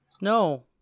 No